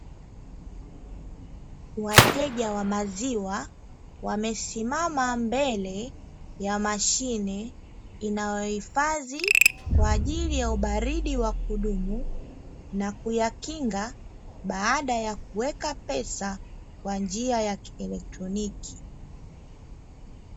Wateja wa maziwa wamesimama mbele ya mashine inayohifadhi kwa ajili ya ubaridi wa kudumu na kuyakinga, baada ya kuweka pesa kwa njia ya kielektroniki.